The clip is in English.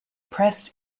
pressed